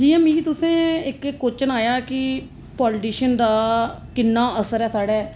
जियां मिगी तुसें इक इक कोशन आया कि पाॅलीटिशन दा किन्ना असर साढ़ै